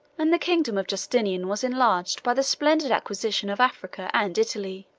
and the kingdom of justinian was enlarged by the splendid acquisition of africa and italy.